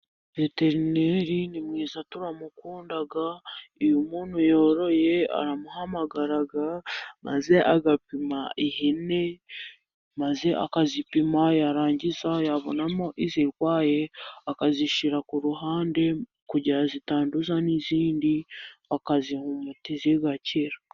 Veterineri ni mwiza turamukunda. Iyo umuntu yoroye aramuhamagara, maze agapima ihene. Maze akazipima, yarangiza yabonamo izirwaye akazishyira ku ruhande, kugirango zitanduza n'izindi, akaziha umuti zigakira.